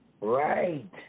Right